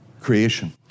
creation